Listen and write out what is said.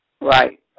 Right